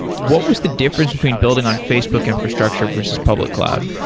what was the difference between building on facebook infrastructure versus public cloud?